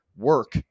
work